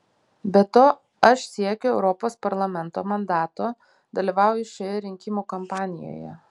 be to aš siekiu europos parlamento mandato dalyvauju šioje rinkimų kampanijoje